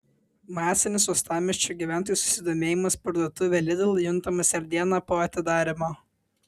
masinis uostamiesčio gyventojų susidomėjimas parduotuve lidl juntamas ir dieną po atidarymo